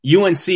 UNC